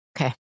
okay